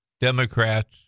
Democrats